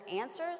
answers